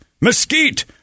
mesquite